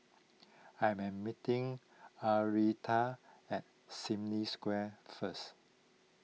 I am meeting Arletta at Sim Lim Square first